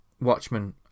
Watchmen